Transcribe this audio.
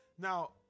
now